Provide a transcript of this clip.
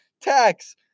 Tax